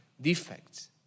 defects